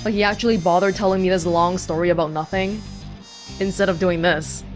ah he actually bothered telling me his long story about nothing instead of doing this